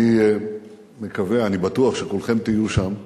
אני מקווה, אני בטוח, שכולכם תהיו שם,